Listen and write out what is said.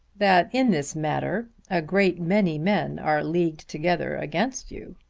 that in this matter a great many men are leagued together against you.